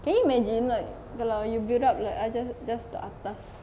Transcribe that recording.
can you imagine like kalau you build up the just just the atas